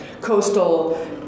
coastal